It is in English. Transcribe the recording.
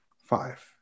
Five